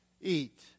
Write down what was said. eat